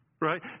Right